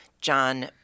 John